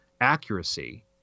accuracy